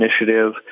Initiative